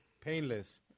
Painless